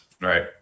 Right